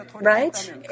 right